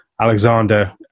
Alexander